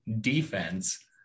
defense